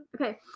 Okay